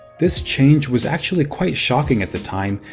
this change was actually quite shocking at the time,